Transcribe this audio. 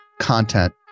content